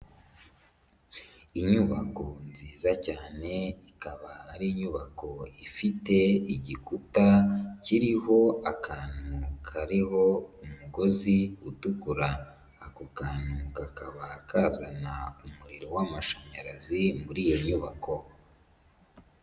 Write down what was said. Inyubako nziza cyane ikaba ari inyubako ifite igikuta kiriho akantu kariho umugozi utukura, ako kantu kakaba kazana umuriro wamashanyarazi muri iyo nyubako.